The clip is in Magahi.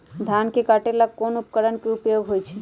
धान के काटे का ला कोंन उपकरण के उपयोग होइ छइ?